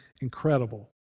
incredible